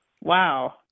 Wow